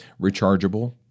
rechargeable